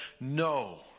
no